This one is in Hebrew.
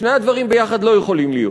שני הדברים יחד לא יכולים להיות,